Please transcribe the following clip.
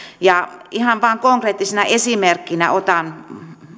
ihan vain konkreettisena esimerkkinä